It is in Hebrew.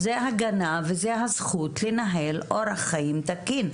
זה הגנה וזה הזכות לנהל אורח חיים תקין.